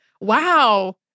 wow